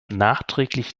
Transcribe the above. nachträglich